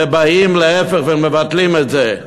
ובאים להפך ומבטלים את זה.